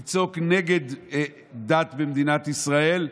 לצעוק נגד דת במדינת ישראל,